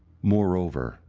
moreover,